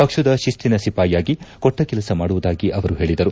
ಪಕ್ಷದ ಶಿಸ್ತಿನ ಸಿಪಾಯಿಯಾಗಿ ಕೊಟ್ಟ ಕೆಲಸ ಮಾಡುವುದಾಗಿ ಅವರು ಹೇಳಿದರು